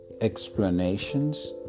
explanations